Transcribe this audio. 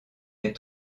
est